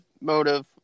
motive